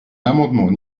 l’amendement